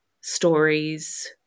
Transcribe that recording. stories